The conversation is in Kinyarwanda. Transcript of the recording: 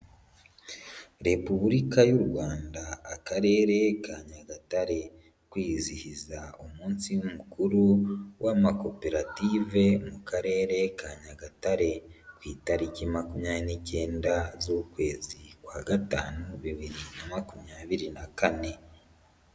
Repubulika y' u Rwanda, Akarere ka Nyagatare, kwizihiza umunsi mukuru w'amakoperative mu Karere ka Nyagatare, ku itariki makumyabiri n'icyenda z'ukwezi kwa gatanu, bibiri na makumyabiri na kane.